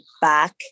back